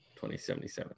2077